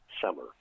summer